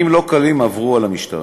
ימים לא קלים עברו על המשטרה.